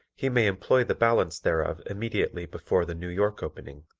he may employ the balance thereof immediately before the new york opening,